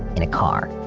in a car,